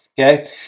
Okay